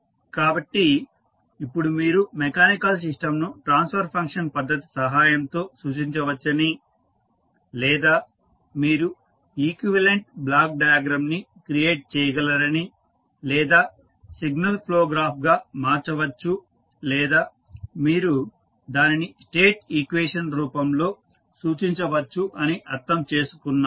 కాబట్టి ఇప్పుడు మీరు మెకానికల్ సిస్టంను ట్రాన్స్ఫర్ ఫంక్షన్ పద్ధతి సహాయంతో సూచించవచ్చని లేదా మీరు ఈక్వివలెంట్ బ్లాక్ డయాగ్రమ్ ని క్రియేట్ చేయగలరని లేదా సిగ్నల్ ఫ్లో గ్రాఫ్గా మార్చవచ్చు లేదా మీరు దానిని స్టేట్ ఈక్వేషన్ రూపంలో సూచించవచ్చు అని అర్థం చేసుకున్నారు